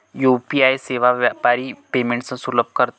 UPI सेवा व्यापारी payments सुलभ करतात